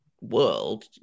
world